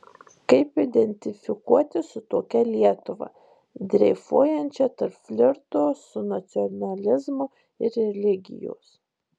kaip identifikuotis su tokia lietuva dreifuojančia tarp flirto su nacionalizmu ir religijos